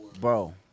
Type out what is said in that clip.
bro